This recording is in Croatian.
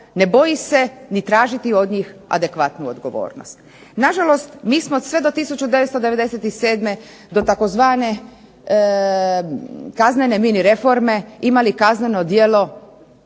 ne boji se ni tražiti od njih adekvatnu odgovornost. Nažalost mi smo sve do 1997. do tzv. kaznene mini reforme imali kazneno djelo